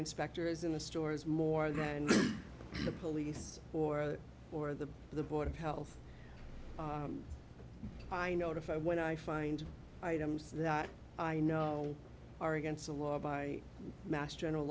inspectors in the stores more than the police or or the the board of health i notify when i find items that i know are against the law by mass general